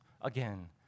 again